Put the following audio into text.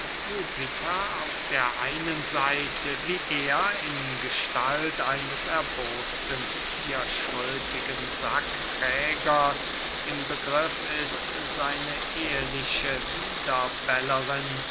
jupiter auf der einen seite wie er in gestalt eines erboßten vierschrötigen sackträgers im begriff ist seine ehliche